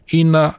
ina